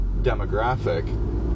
demographic